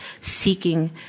seeking